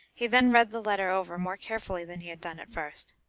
he then read the letter over more carefully than he had done at first.